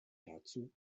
dazu